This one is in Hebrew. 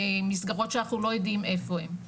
מסגרות שאנחנו לא יודעים איפה הם.